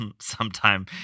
sometime